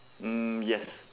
mm yes